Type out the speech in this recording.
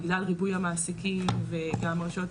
בגלל ריבוי המעסיקים וגם הרשויות,